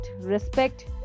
respect